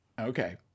Okay